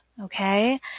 okay